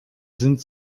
sind